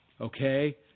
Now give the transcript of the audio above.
okay